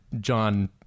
John